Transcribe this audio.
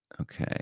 Okay